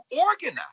organize